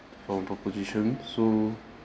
from proposition so